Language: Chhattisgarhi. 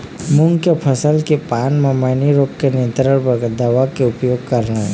मूंग के फसल के पान म मैनी रोग के नियंत्रण बर का दवा के उपयोग करना ये?